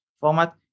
format